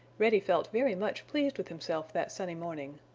reddy felt very much pleased with himself that sunny morning.